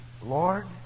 Lord